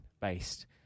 based